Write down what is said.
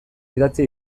idatzi